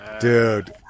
Dude